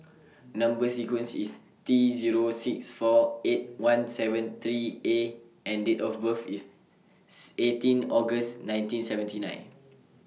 Number sequence IS T Zero six four eight one seven three A and Date of birth IS eighteen August nineteen seventy nine